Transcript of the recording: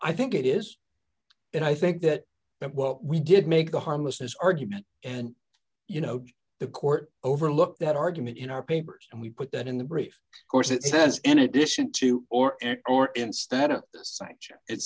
i think it is and i think that we did make the harmlessness argument and you know the court overlooked that argument in our papers and we put that in the brief course it says in addition to or or instead of